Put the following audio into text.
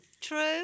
True